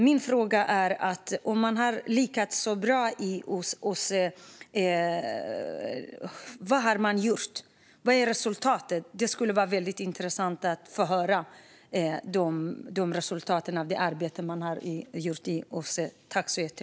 Min fråga är: Om man nu har lyckats så bra, vad är då resultatet? Det skulle vara väldigt intressant att få höra vad som är resultatet av det arbete man har gjort i OSSE.